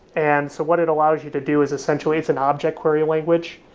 and so what it allows you to do is, essentially, it's an object query language,